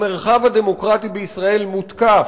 המרחב הדמוקרטי בישראל מותקף,